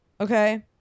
Okay